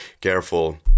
careful